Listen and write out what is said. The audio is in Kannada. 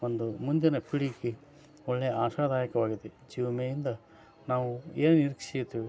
ಒಂದು ಮುಂದಿನ ಪೀಳಿಗೆ ಒಳ್ಳೆ ಆಶಾದಾಯಕವಾಗಿದೆ ಜೀವ ವಿಮೆಯಿಂದ ನಾವು ಏನು ನಿರೀಕ್ಷೆ ತಿಳಿ